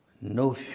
No